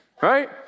Right